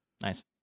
Nice